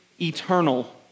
eternal